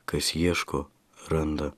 kas ieško randa